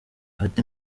ati